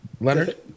Leonard